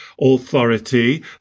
authority